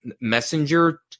Messenger